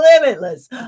limitless